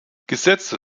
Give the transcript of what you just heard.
gesetze